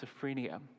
schizophrenia